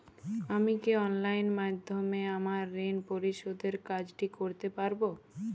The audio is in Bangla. আমি কি অনলাইন মাধ্যমে আমার ঋণ পরিশোধের কাজটি করতে পারব?